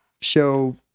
show